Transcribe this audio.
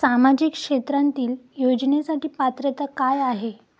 सामाजिक क्षेत्रांतील योजनेसाठी पात्रता काय आहे?